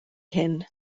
hyn